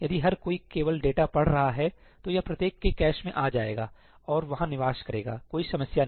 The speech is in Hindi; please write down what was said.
यदि हर कोई केवल डेटा पढ़ रहा है तो यह प्रत्येक के कैश में आ जाएगा और वहाँ निवास करेगा कोई समस्या नहीं